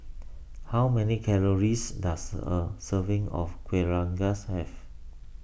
how many calories does a serving of Kueh Rengas have